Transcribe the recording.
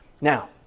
Now